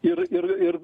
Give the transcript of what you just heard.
ir ir ir